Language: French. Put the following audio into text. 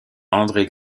andré